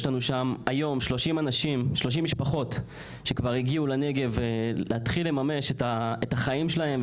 יש לנו היום 30 משפחות שכבר הגיעו לנגב להתחיל לממש את החיים שלהם,